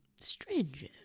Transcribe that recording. stranger